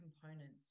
components